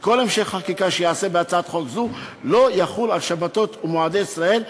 שכל המשך החקיקה שייעשה בהצעת חוק זו לא יחול על שבתות ומועדי ישראל,